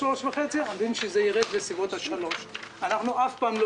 3.5% ואנחנו יודעים שזה ירד לסביבות 3%. אנחנו אף פעם לא